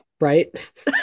Right